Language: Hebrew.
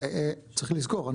צריך לזכור.